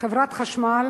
חברת החשמל